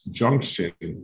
junction